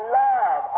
love